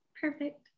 Perfect